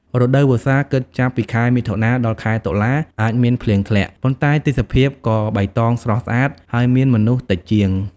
រដូវវស្សា គិតចាប់ពី ខែមិថុនា ដល់ខែ តុលា អាចមានភ្លៀងធ្លាក់ ប៉ុន្តែទេសភាពក៏បៃតងស្រស់ស្អាត ហើយមានមនុស្សតិចជាង។